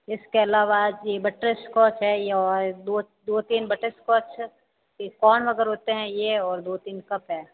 इसके अलावा ये बटर स्कोच है ये और दो दो तीन बटर स्कोच कोन अगर होते हैं ये और दो तीन कप हैं